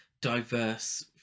diverse